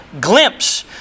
glimpse